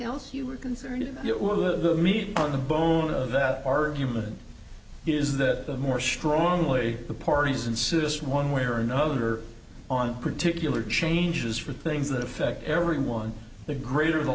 else you are concerned you are the meat on the bone of that argument is that the more strongly the parties insidious one way or another on particular changes for things that affect everyone the greater the